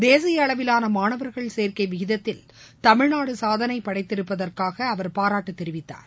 தேசியஅளவிலானமாணவர்கள் சேர்க்கைவிகிதத்தில் தமிழ்நாடுசாதனைபடைத்திருப்பதற்காகபாராட்டுதெரிவித்தார்